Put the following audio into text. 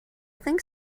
think